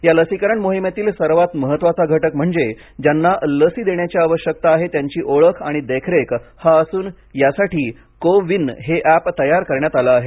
या लसीकरण मोहिमेतील सर्वात महत्त्वाचा घटक म्हणजे ज्यांना लसी देण्याची आवश्यकता आहे त्यांची ओळख आणि देखरेख हा असून यासाठी को विन हे अप तयार करण्यात आले आहे